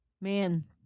Man